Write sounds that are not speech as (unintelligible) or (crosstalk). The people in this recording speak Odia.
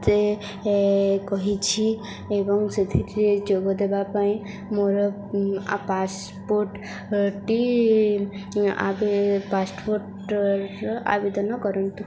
ଯେ କହିଛି ଏବଂ ସେଥିରେ ଯୋଗ ଦେବା ପାଇଁ ମୋର ପାସ୍ପୋର୍ଟଟି (unintelligible) ପାସ୍ପୋର୍ଟର ଆବେଦନ କରନ୍ତୁ